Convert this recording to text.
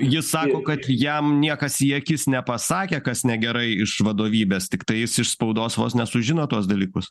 jis sako kad jam niekas į akis nepasakė kas negerai iš vadovybės tiktai jis iš spaudos vos ne sužino tuos dalykus